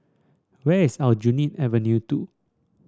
where is Aljunied Avenue Two